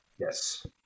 Yes